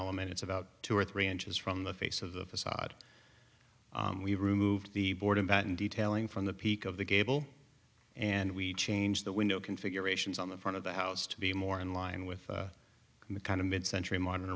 element it's about two or three inches from the face of the facade we removed the board in baton detailing from the peak of the gable and we changed the window configurations on the front of the house to be more in line with the kind of mid century modern